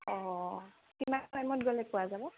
অঁ কিমান টাইমত গ'লে পোৱা যাব